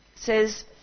says